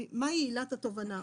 מהי עילת התובענה,